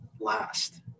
last